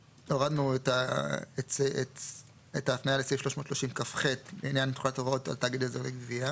הורדנו את ההפניה לסעיף 330כח לעניין תחולת הוראות על תאגיד עזר לגבייה.